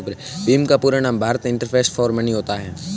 भीम का पूरा नाम भारत इंटरफेस फॉर मनी होता है